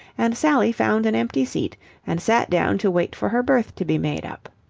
and sally found an empty seat and sat down to wait for her berth to be made up.